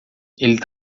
ele